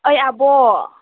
ओइ आब'